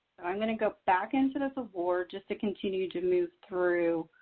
so i'm going to go back into this award just to continue to move through